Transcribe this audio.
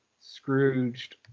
Scrooged